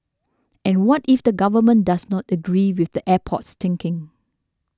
and what if the government does not agree with the airport's thinking